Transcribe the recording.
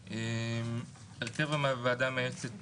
הרכב הוועדה המייעצת